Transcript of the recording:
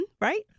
Right